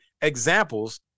examples